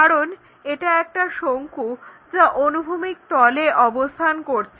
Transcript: কারণ এটা একটা শঙ্কু যা অনুভূমিক তলে অবস্থান করছে